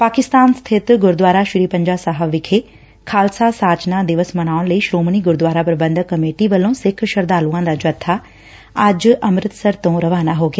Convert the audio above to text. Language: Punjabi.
ਪਾਕਿਸਤਾਨ ਸਬਿਤ ਗੁਰਦੁਆਰਾ ਸ੍ਰੀ ਪੰਜਾ ਸਾਹਿਬ ਵਿਖੇ ਖਾਲਸਾ ਸਾਜਨਾ ਦਿਵਸ ਮਨਾਉਣ ਲਈ ਸ੍ਰੋਮਣੀ ਗੁਰਦੂਆਰਾ ਪੂਬੰਧਕ ਕਮੇਟੀ ਵੱਲੋ' ਸਿੱਖ ਸ਼ਰਧਾਲੁਆਂ ਦਾ ਜੱਬਾ ਅੱਜ ਅੰਮੁਤਸਰ ਤੋ' ਰਵਾਨਾ ਹੋ ਗਿਆ